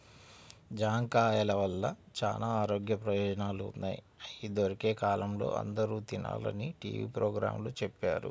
జాంకాయల వల్ల చానా ఆరోగ్య ప్రయోజనాలు ఉన్నయ్, అయ్యి దొరికే కాలంలో అందరూ తినాలని టీవీ పోగ్రాంలో చెప్పారు